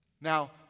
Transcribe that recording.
Now